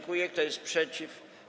Kto jest przeciw?